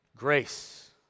grace